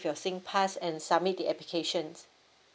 with your singpass and submit the applications